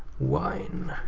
wine.